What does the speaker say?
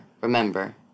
remember